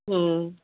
হুম